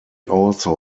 also